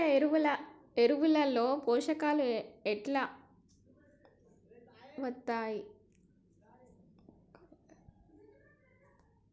సేంద్రీయ ఎరువుల లో పోషకాలు ఎట్లా వత్తయ్?